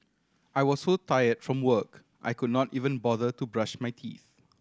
I was so tired from work I could not even bother to brush my teeth